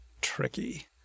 tricky